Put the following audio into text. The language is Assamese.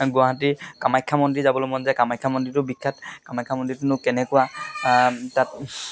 গুৱাহাটীৰ কামাখ্যা মন্দিৰ যাবলৈ মন যায় কামাখ্যা মন্দিৰটো বিখ্যাত কামাখ্যা মন্দিৰটোনো কেনেকুৱা তাত